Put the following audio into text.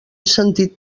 sentit